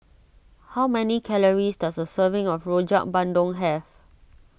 how many calories does a serving of Rojak Bandung have